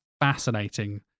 fascinating